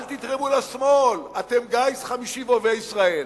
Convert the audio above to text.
אל תתרמו לשמאל, אתם גיס חמישי ואויבי ישראל.